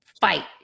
fight